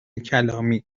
کلامی